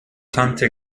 tante